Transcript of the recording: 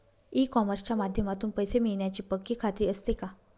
E कॉमर्सच्या माध्यमातून पैसे मिळण्याची पक्की खात्री असते का?